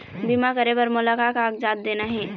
बीमा करे बर मोला का कागजात देना हे?